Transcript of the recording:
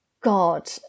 god